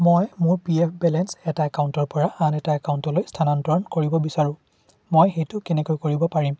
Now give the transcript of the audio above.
মই মোৰ P F balance এটা একাউণ্টৰপৰা আন এটা একাউণ্টলৈ স্থানান্তৰণ কৰিব বিচাৰোঁ মই সেইটো কেনেকৈ কৰিব পাৰিম